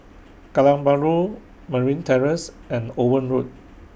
Kallang Bahru Merryn Terrace and Owen Road